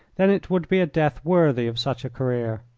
then it would be a death worthy of such a career.